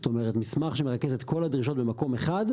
זאת אומרת מסמך שמרכז את כל הדרישות במקום אחד,